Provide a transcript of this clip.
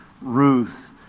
Ruth